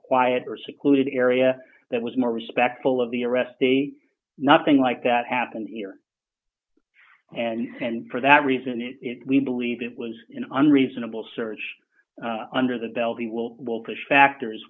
quiet or secluded area that was more respectful of the arrestee nothing like that happened here and for that reason we believe it was an unreasonable search under the bell the will will push factors